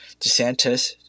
DeSantis